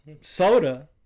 soda